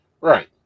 Right